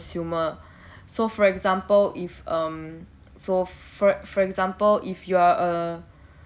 consumer so for example if um so for for example if you are a